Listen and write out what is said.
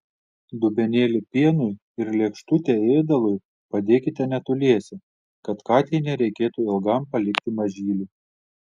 dubenėlį pienui ir lėkštutę ėdalui padėkite netoliese kad katei nereikėtų ilgam palikti mažylių